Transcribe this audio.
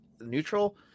neutral